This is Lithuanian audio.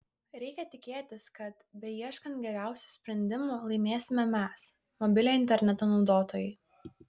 reikia tikėtis kad beieškant geriausių sprendimų laimėsime mes mobiliojo interneto naudotojai